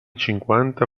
cinquanta